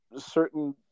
certain